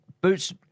boots